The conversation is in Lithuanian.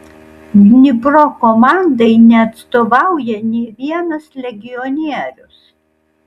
dnipro komandai neatstovauja nė vienas legionierius